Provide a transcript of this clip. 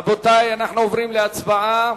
רבותי, אנחנו עוברים להצבעה.